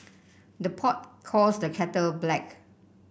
the pot calls the kettle black